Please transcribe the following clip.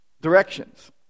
directions